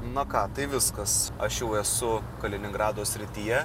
na ką tai viskas aš jau esu kaliningrado srityje